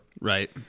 Right